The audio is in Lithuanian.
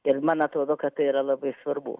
ir man atrodo kad tai yra labai svarbu